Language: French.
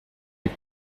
les